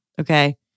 Okay